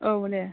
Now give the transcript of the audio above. औ दे